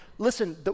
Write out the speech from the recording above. Listen